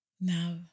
now